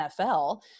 NFL